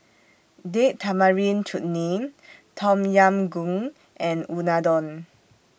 Date Tamarind Chutney Tom Yam Goong and Unadon